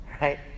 right